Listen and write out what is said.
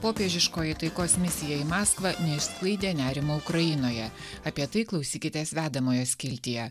popiežiškoji taikos misijaiį maską neišsklaidė nerimo ukrainoje apie tai klausykitės vedamojo skiltyje